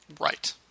right